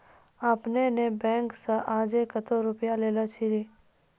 आपने ने बैंक से आजे कतो रुपिया लेने छियि?